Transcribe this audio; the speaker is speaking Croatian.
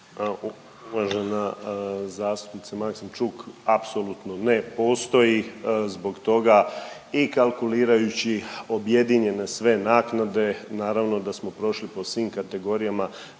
Uvažena zastupnice Maksimčuk, apsolutno ne postoji zbog toga i kalkulirajući objedinjene sve naknade, naravno da smo prošli po svim kategorijama